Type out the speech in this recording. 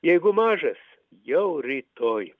jeigu mažas jau rytoj